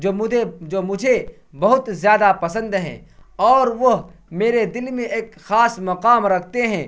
جو مجھے جو مجھے بہت زیادہ پسند ہیں اور وہ میرے دل میں ایک خاص مقام رکھتے ہیں